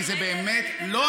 לא,